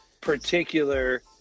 particular